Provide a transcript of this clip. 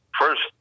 first